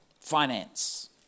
Finance